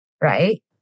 right